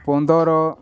ପନ୍ଦର